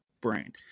brain